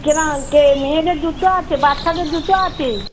কিরম কে মেয়েদের জুতো আছে বাচ্চাদের জুতো আছে